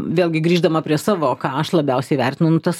vėlgi grįždama prie savo ką aš labiausiai vertinu nu tas